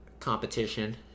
Competition